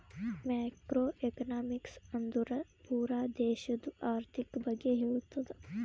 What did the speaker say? macro economics ಅಂದುರ್ ಪೂರಾ ದೇಶದು ಆರ್ಥಿಕ್ ಬಗ್ಗೆ ಹೇಳ್ತುದ